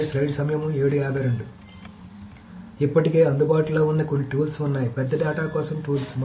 కాబట్టి ఇప్పటికే అందుబాటులో ఉన్న కొన్ని టూల్స్ ఉన్నాయి పెద్ద డేటా కోసం టూల్స్